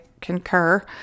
concur